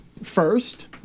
First